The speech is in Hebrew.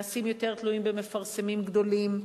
ונעשים יותר תלויים במפרסמים גדולים.